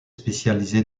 spécialisé